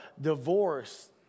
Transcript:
divorce